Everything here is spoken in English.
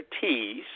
teas